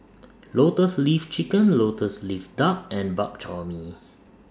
Lotus Leaf Chicken Lotus Leaf Duck and Bak Chor Mee